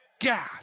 God